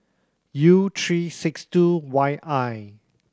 U three six two Y I